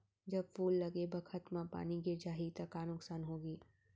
जब फूल लगे बखत म पानी गिर जाही त का नुकसान होगी?